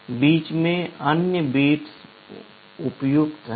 बीच में अन्य बिट्स अप्रयुक्त हैं